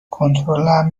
کنترلم